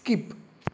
skip